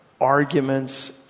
arguments